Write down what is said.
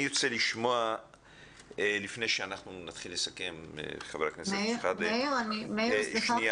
אנחנו שוב שומעים פערים בין התכניות